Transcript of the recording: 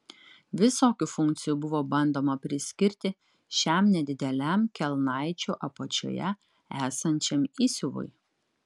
visokių funkcijų buvo bandoma priskirti šiam nedideliam kelnaičių apačioje esančiam įsiuvui